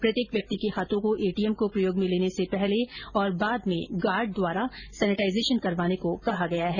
प्रत्येक व्यक्ति के हाथों को एटीएम को प्रयोग में लेने से पहले और बाद में गार्ड द्वारा सैनिटाइजेशन करवाने को भी कहा गया है